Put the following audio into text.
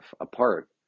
apart